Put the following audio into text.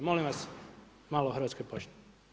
Molim vas malo o Hrvatskoj pošti.